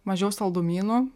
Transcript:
mažiau saldumynų